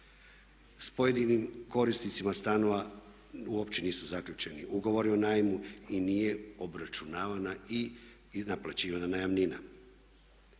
S pojedinim korisnicima stanova uopće nisu zaključeni ugovori o najmu i nije obračunavana i naplaćivana najamnina.